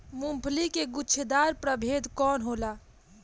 मूँगफली के गुछेदार प्रभेद कौन होला?